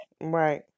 right